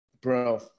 Bro